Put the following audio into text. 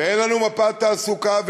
אין לנו מפת תעסוקה,